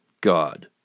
God